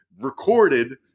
recorded